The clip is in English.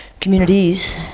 communities